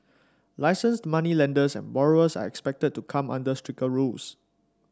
licensed moneylenders and borrowers are expected to come under stricter rules